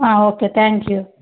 okay thank you